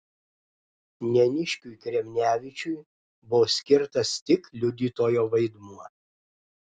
neniškiui krevnevičiui buvo skirtas tik liudytojo vaidmuo